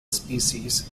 species